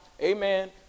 amen